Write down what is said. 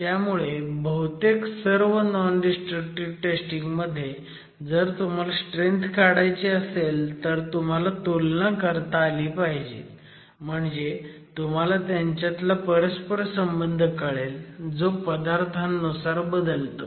त्यामुळे बहुतेक सर्व नॉन डिस्ट्रक्टिव्ह टेस्टिंग मध्ये जर तुम्हाला स्ट्रेंथ काढायची असेल तर तुम्हाला तुलना करता आली पाहिजे म्हणजे तुम्हाला त्यांच्यातला परस्परसंबंध कळेल जो पदार्थांनुसार बदलतो